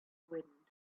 wind